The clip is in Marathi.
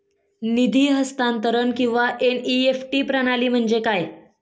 निधी हस्तांतरण किंवा एन.ई.एफ.टी प्रणाली म्हणजे काय?